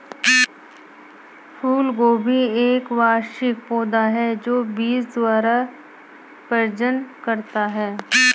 फूलगोभी एक वार्षिक पौधा है जो बीज द्वारा प्रजनन करता है